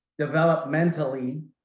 developmentally